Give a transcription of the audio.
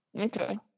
Okay